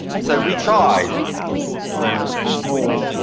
so, we tried in a small